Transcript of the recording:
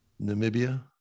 namibia